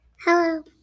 Hello